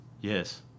Yes